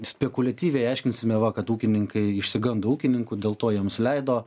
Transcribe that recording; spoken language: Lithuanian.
spekuliatyviai aiškinsime va kad ūkininkai išsigando ūkininkų dėl to jiems leido